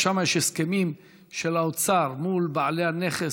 יש הסכמים של האוצר מול בעלי הנכס,